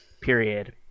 period